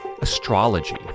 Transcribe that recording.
Astrology